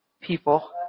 people